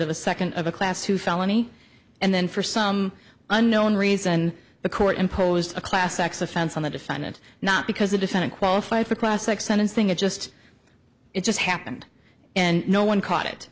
of a second of a class two felony and then for some unknown reason the court imposed a class sex offense on the defendant not because the defendant qualified for classic sentencing it just it just happened and no one caught it